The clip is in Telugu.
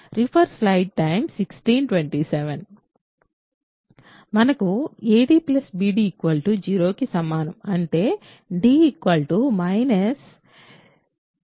మనకు ad bc 0కి సమానం అంటే d b c a కి సమానం